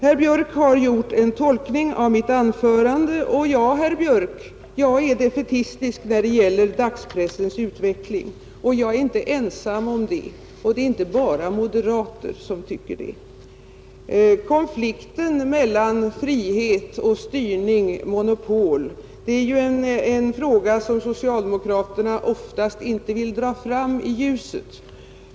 Herr Björk i Göteborg har gjort en tolkning av mitt anförande, och jag vill med anledning härav säga: Ja, herr Björk, jag är defaitistisk när det gäller dagspressens utveckling. Jag är inte heller ensam om det, och det är inte bara moderater som är det. Konflikten mellan frihet och styrningmonopol är ju en fråga som socialdemokraterna oftast inte vill dra fram i ljuset.